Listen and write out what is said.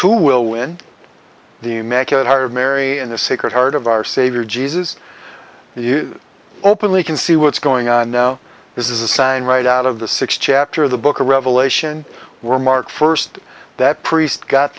who will win the you make it hard mary in the sacred heart of our savior jesus you openly can see what's going on now this is a sign right out of the sixth chapter of the book of revelation were marked first that priest got